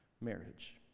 marriage